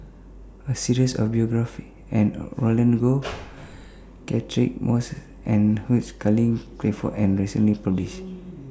A series of biographies and Roland Goh Catchick Moses and Hugh Charles Clifford was recently published